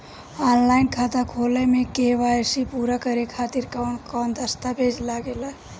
Online खाता खोले में के.वाइ.सी पूरा करे खातिर कवन कवन दस्तावेज लागे ला?